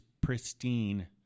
pristine